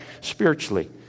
spiritually